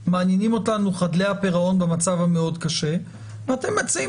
מעניינים אותנו חדלי הפירעון במצב המאוד קשה ואתם מציעים